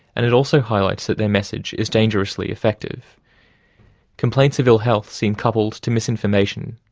and it also highlights that their message is dangerously effective complaints of ill-health seem coupled to misinformation,